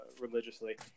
religiously